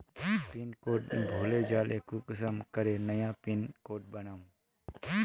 Pin code भूले जाले कुंसम करे नया पिन कोड बनाम?